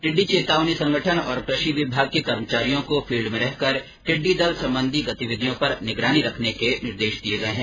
टिड्डी चेतावनी संगठन और कृषि विभाग के कर्मचारियों को फील्ड में रहकर टिड्डी दल संबंधी गतिविधियों पर निगरानी रखने के निर्देश दिये गये हैं